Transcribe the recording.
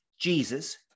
Jesus